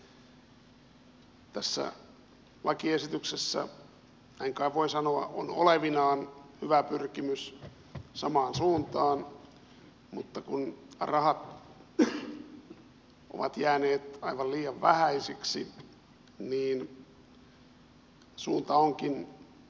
tässä lakiesityksessä näin kai voi sanoa on olevinaan hyvä pyrkimys samaan suuntaan mutta kun rahat ovat jääneet aivan liian vähäisiksi niin suunta onkin väärä